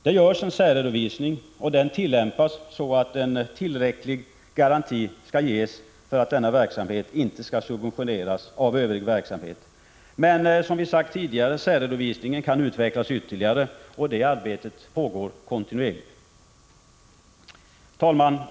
Det görs en särredovisning, och den tillämpas så att en tillräcklig garanti skall ges för att denna verksamhet inte skall subventioneras av övrig verksamhet. Men som vi sagt tidigare kan särredovisningen utvecklas ytterligare, och det arbetet pågår kontinuerligt. Herr talman!